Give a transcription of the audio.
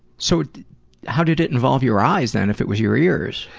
so how did it involve your eyes, then, if it was your ears?